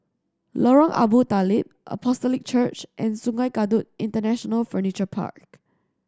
Lorong Abu Talib Apostolic Church and Sungei Kadut International Furniture Park